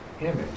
image